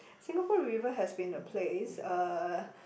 Singapore River has been a place uh